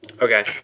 Okay